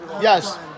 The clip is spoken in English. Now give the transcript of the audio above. yes